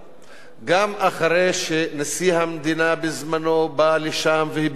גם אחרי שנשיא המדינה בזמנו בא לשם והביע צער,